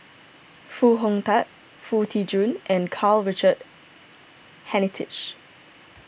Foo Hong Tatt Foo Tee Jun and Karl Richard Hanitsch